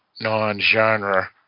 non-genre